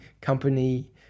company